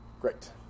Great